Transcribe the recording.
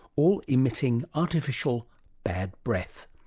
all emitting artificial bad breath.